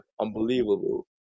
unbelievable